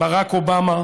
ברק אובמה